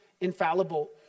infallible